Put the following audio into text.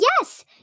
yes